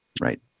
Right